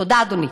תודה, אדוני.